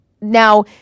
Now